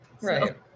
right